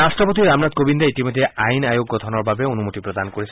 ৰাষ্টপতি ৰামনাথ কোবিন্দে ইতিমধ্যে আইন আয়োগ গঠনৰ বাবে অনুমতি প্ৰদান কৰিছে